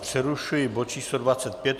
Přerušuji bod číslo 25.